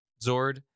zord